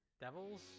devils